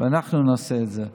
אז אנחנו נעשה את זה.